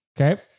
Okay